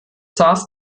saß